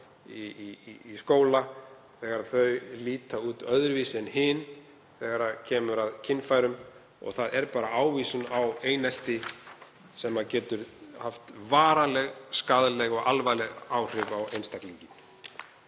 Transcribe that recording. í skóla þegar þau líta öðruvísi út en hin þegar kemur að kynfærum og það er bara ávísun á einelti sem getur haft varanleg, skaðleg og alvarleg áhrif á einstaklinginn.